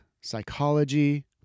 psychology